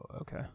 okay